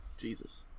Jesus